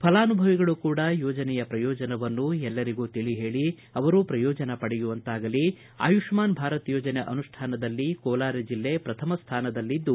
ಫಲಾನುಭವಿಗಳು ಕೂಡ ಯೋಜನೆಯ ಪ್ರಯೋಜನವನ್ನು ಎಲ್ಲರಿಗೂ ತಿಳಿಹೇಳಿ ಅವರೂ ಪ್ರಯೋಜನ ಪಡೆಯುವಂತಾಗಲಿ ಆಯುಷ್ಮಾನ್ ಭಾರತ್ ಯೋಜನೆ ಅನುಷ್ಟಾನದಲ್ಲಿ ಕೋಲಾರ ಜಿಲ್ಲೆ ಪ್ರಥಮ ಸ್ಥಾನದಲ್ಲಿದ್ದು